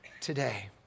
today